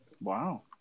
Wow